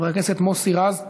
חבר הכנסת מוסי רז,